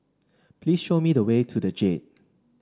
please show me the way to the Jade